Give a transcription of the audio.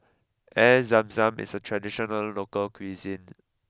Air Zam Zam is a traditional local cuisine